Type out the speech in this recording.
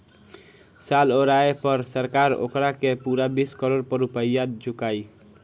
साल ओराये पर सरकार ओकारा के पूरा बीस करोड़ रुपइया चुकाई